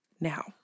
Now